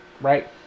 Right